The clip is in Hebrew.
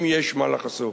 אם יש מה לחשוף.